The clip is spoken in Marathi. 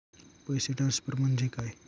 पैसे ट्रान्सफर म्हणजे काय?